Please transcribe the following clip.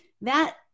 that-